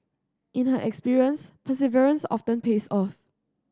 in her experience perseverance often pays off